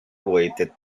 waited